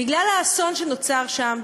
בגלל האסון שנוצר שם,